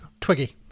Twiggy